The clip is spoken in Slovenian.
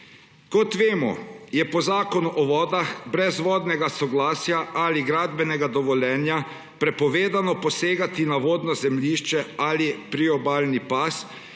Kot vemo, je po Zakonu o vodah brez vodnega soglasja ali gradbenega dovoljenja prepovedano posegati na vodno zemljišče ali priobalni pas,